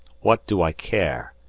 what do i care?